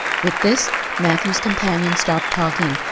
with this matthew's companion stopped talking,